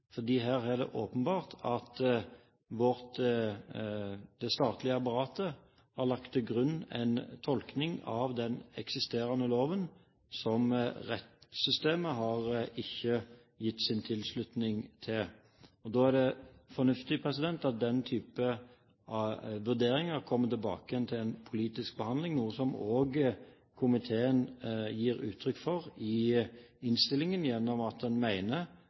fordi den dommen er med på å understreke betydningen av at en nå får en ny gjennomgang av bytteordningen, og ikke minst får en politisk forankring av hvordan bytteordningen skal forholde seg til biomedisin. Her har det statlige apparatet åpenbart lagt til grunn en tolkning av den eksisterende loven som rettssystemet ikke har gitt sin tilslutning til. Da er det fornuftig at den type vurderinger kommer tilbake igjen til